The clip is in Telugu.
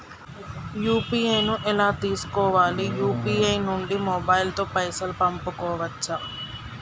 యూ.పీ.ఐ ను ఎలా చేస్కోవాలి యూ.పీ.ఐ నుండి మొబైల్ తో పైసల్ పంపుకోవచ్చా?